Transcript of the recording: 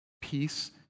peace